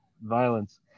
violence